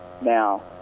Now